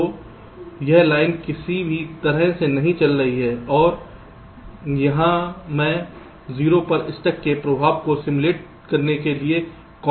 तो यह लाइन किसी भी तरह से नहीं चल रही है और यहाँ मैं 0 पर स्टक के प्रभाव को सिमुलेटर करने के लिए कांस्टेंट 0 लगा रहा हूँ